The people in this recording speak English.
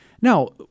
Now